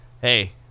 hey